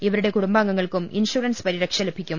ഇവരുടെ കുടുംബങ്ങൾക്കും ഇൻഷൂറൻസ് പരിരക്ഷ ലഭിക്കും